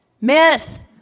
myth